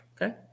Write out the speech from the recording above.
Okay